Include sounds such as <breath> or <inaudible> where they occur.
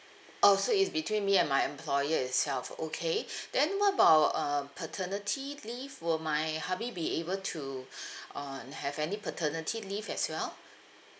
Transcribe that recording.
oh so it's between me and my employer itself okay <breath> then what about uh paternity leave will my hubby be able to <breath> um have any paternity leave as well